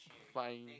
fine